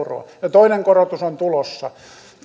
toinen korotus on tulossa